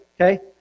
okay